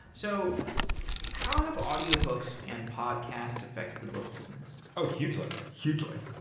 so how have audiobooks and podcasts affecting the book business? oh, hugely. hugely.